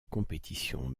compétition